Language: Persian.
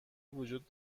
وجود